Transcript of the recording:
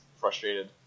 frustrated